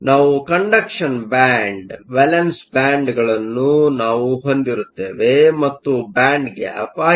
ನಾವು conduction band valence ಬ್ಯಾಂಡ್ಗಳನ್ನು ನಾವು ಹೊಂದಿರುತ್ತೇವೆ ಮತ್ತು ಬ್ಯಾಂಡ್ ಗ್ಯಾಪ್ ಆಗಿದೆ